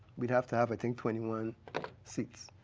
would have to have i think twenty one seats.